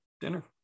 dinner